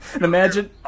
Imagine